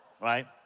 Right